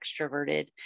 extroverted